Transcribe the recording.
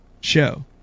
show